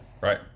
Right